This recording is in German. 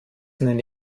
nenne